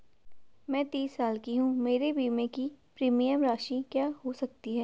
मैं तीस साल की हूँ मेरे बीमे की प्रीमियम राशि क्या हो सकती है?